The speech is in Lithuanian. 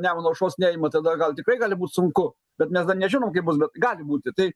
nemuno aušros neima tada gal tikrai gali būt sunku bet mes dar nežinom kaip bus bet gali būti tai